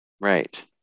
Right